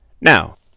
Now